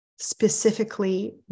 specifically